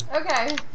Okay